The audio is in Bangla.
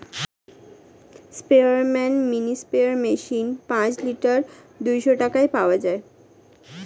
স্পেয়ারম্যান মিনি স্প্রেয়ার মেশিন পাঁচ লিটার দুইশো টাকায় পাওয়া যায়